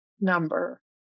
number